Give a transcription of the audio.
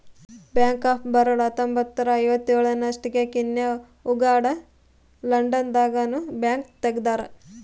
bank of Baroda ಹತ್ತೊಂಬತ್ತ್ನೂರ ಐವತ್ತೇಳ ಅನ್ನೊಸ್ಟಿಗೆ ಕೀನ್ಯಾ ಉಗಾಂಡ ಲಂಡನ್ ದಾಗ ನು ಬ್ಯಾಂಕ್ ತೆಗ್ದಾರ